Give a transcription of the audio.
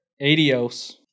Adios